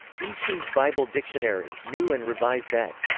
easton's bible dictionary new and revised ed.